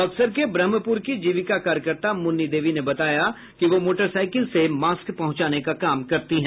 बक्सर के ब्रह्मपुर की जीविका कार्यकर्ता मुन्नी देवी ने बताया कि वह मोटरसाइकिल से मास्क पहुंचाने का काम करती है